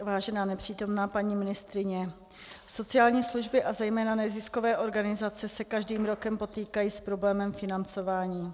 Vážená nepřítomná paní ministryně, sociální služby a zejména neziskové organizace se každým rokem potýkají s problémem financování.